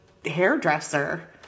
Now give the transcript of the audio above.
hairdresser